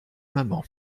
maman